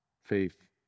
faith